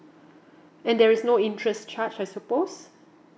and there is no interest charge I suppose